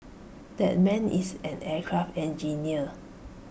that man is an aircraft engineer